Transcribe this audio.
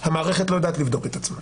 שהמערכת לא יודעת לבדוק את עצמה.